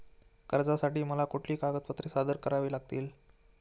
कर्जासाठी मला कुठली कागदपत्रे सादर करावी लागतील?